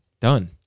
Done